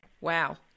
Wow